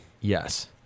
Yes